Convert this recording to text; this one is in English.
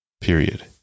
Period